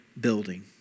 building